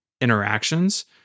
interactions